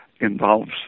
involves